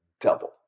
double